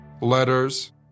letters